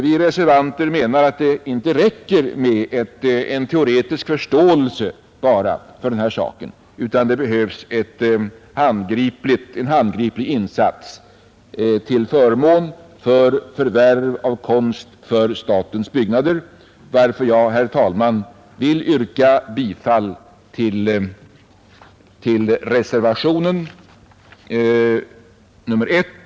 Vi reservanter menar att det inte räcker med bara en teoretisk förståelse för den här saken, utan det behövs en handgriplig insats till förmån för förvärv av konst för statens byggnader, varför jag, herr talman, vill yrka bifall till reservationen 1.